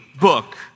book